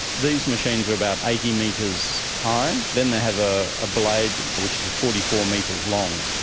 these machines are about eighty metres high. then they have a ah blade which is forty four metres long.